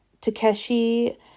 Takeshi